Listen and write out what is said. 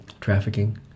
Trafficking